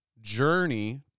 journey